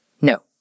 No